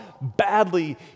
badly